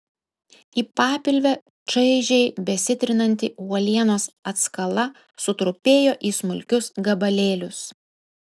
į papilvę čaižiai besitrinanti uolienos atskala sutrupėjo į smulkius gabalėlius